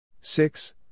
Six